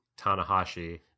Tanahashi